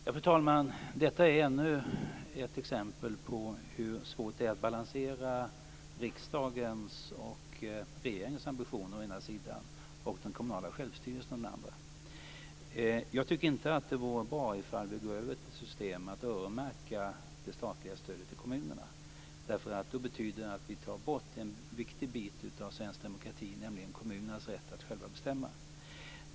Fru talman! Detta är ännu ett exempel på hur svårt det är att balansera riksdagens och regeringens ambitioner å ena sidan och den kommunala självstyrelsen å den andra. Jag tycker inte att det vore bra att gå över till ett system med att öronmärka det statliga stödet till kommunerna. Det skulle betyda att vi tog bort en viktig del av svensk demokrati, nämligen kommunernas rätt att själva bestämma.